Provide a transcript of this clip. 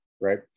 right